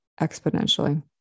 exponentially